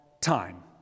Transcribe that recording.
time